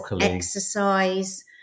exercise